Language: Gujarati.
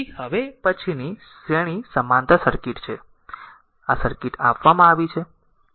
તેથી હવે પછીની શ્રેણી સમાંતર સર્કિટ છે આ સર્કિટ આપવામાં આવી છે